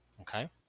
okay